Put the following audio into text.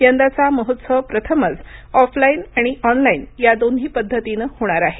यंदाचा महोत्सव प्रथमच ऑफलाइन आणि ऑनलाइन या दोन्ही पद्धतीनं होणार आहे